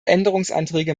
änderungsanträge